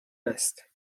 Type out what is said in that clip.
است